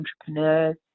entrepreneurs